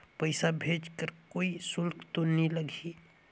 पइसा भेज कर कोई शुल्क तो नी लगही?